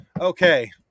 Okay